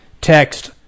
text